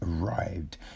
arrived